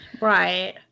Right